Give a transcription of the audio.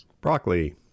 Broccoli